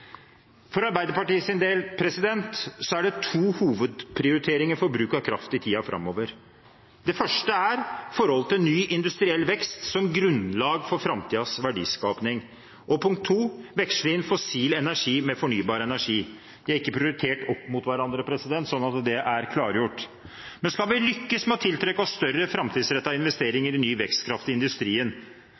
er det to hovedprioriteringer for bruk av kraft i tiden framover. Det første er forholdet til ny industriell vekst som grunnlag for framtidens verdiskapning. Det andre er å veksle inn fossil energi med fornybar energi. De er ikke prioritert opp mot hverandre, sånn at det er klargjort. Men skal vi lykkes med å tiltrekke oss større framtidsrettede investeringer i ny vekstkraft i industrien,